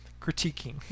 critiquing